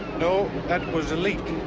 no, that was a leek.